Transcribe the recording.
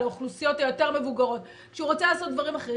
האוכלוסיות היותר מבוגרות כשהוא רוצה לעשות דברים אחרים,